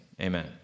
Amen